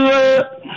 up